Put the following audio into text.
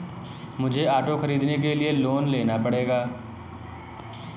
मुझे ऑटो खरीदने के लिए लोन लेना पड़ेगा